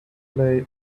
play